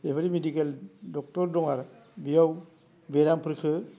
बेबायदि medical doctor दं आरो बियाव बेरामफोरखो